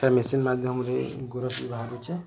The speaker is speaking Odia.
ତା ମେସିନ୍ ମାଧ୍ୟମରେ ଗୁରସ ବି ବାହାରୁଛେ